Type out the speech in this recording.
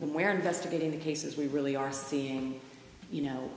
when we are investigating the cases we really are seeing you know